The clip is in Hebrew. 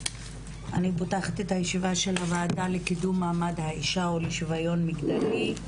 אני פותחת את הישיבה של הוועדה לקידום מעמד האישה ולשוויון מגדרי,